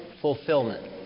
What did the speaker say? fulfillment